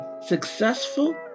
successful